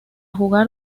jugar